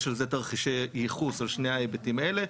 יש על זה תרחישי ייחוס, על שני ההיבטים האלה.